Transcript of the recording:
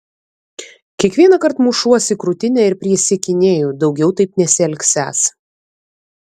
kiekvienąkart mušuos į krūtinę ir prisiekinėju daugiau taip nesielgsiąs